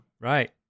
Right